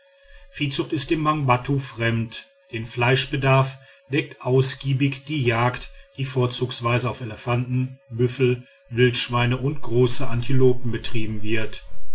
viehzucht ist den mangbattu fremd den fleischbedarf deckt ausgiebig die jagd die vorzugsweise auf elefanten büffel wildschweine und große antilopen betrieben wird